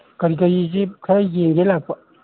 ꯀꯔꯤ ꯀꯔꯤꯁꯤ ꯈꯔ ꯌꯦꯡꯒꯦ ꯂꯥꯛꯄ